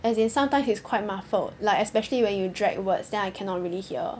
as in sometimes it's quite muffled like especially when you drag words then I cannot really hear